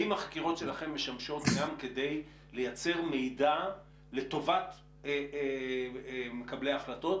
האם החקירות שלכם משמשות גם כדי לייצר מידע לטובת מקבלי החלטות?